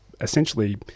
essentially